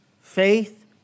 faith